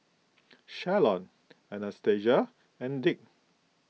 Shalon Anastacia and Dick